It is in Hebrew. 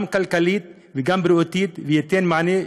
גם כלכלית וגם בריאותית וייתן מענה,